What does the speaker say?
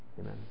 Amen